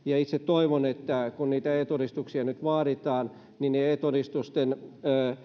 itse toivon että kun niitä e todistuksia nyt vaaditaan niin e todistusten